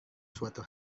suatu